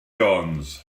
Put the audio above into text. jones